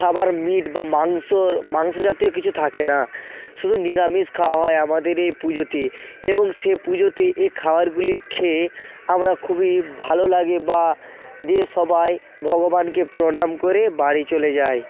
খাবার মিট বা মাংসর মাংস জাতীয় কিছু থাকে না শুধু নিরামিষ খাওয়া হয় আমাদের এ পুজোতে এবং সে পুজোতে এ খাওয়ারগুলি খেয়ে আমরা খুবই ভালো লাগে বা দিয়ে সবাই ভগবানকে প্রণাম করে বাড়ি চলে যায়